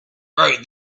wrote